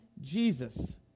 Jesus